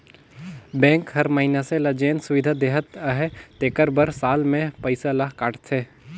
bank हर मइनसे ल जेन सुबिधा देहत अहे तेकर बर साल में पइसा ल काटथे